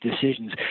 decisions